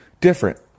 different